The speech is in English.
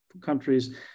countries